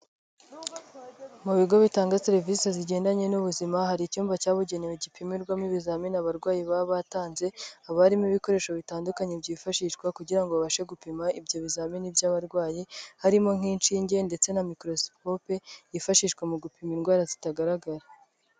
Mu bigo bitanga serivisi zigendanye n'ubuzima, hari icyumba cyabugenewe gipimirwamo ibizamini abarwayi baba batanze, haba harimo ibikoresho bitandukanye byifashishwa kugira ngo babashe gupima ibyo bizamini by'abarwayi, harimo nk'inshinge ndetse na mikorosikope yifashishwa mu gupima indwara zitagaragara.